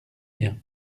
bien